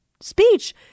speech